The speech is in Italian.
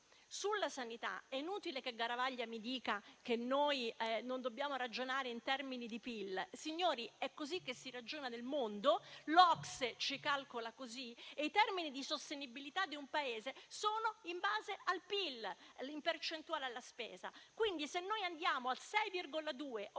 Sulla sanità è inutile che Garavaglia mi dica che noi non dobbiamo ragionare in termini di PIL. Signori, è così che si ragiona nel mondo. L'OCSE ci calcola così e i termini di sostenibilità di un Paese sono in base al PIL, in percentuale alla spesa. Quindi, se noi andiamo al 6,2